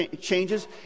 changes